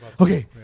okay